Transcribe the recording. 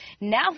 now